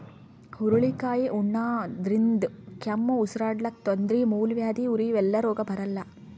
ಹುರಳಿಕಾಯಿ ಉಣಾದ್ರಿನ್ದ ಕೆಮ್ಮ್, ಉಸರಾಡಕ್ಕ್ ತೊಂದ್ರಿ, ಮೂಲವ್ಯಾಧಿ, ಉರಿ ಇವೆಲ್ಲ ರೋಗ್ ಬರಲ್ಲಾ